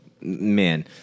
Man